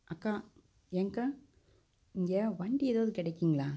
அக்கா ஏன்க்கா இங்கே வண்டி ஏதாவது கிடைக்குங்களா